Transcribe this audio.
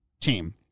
team